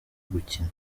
gukina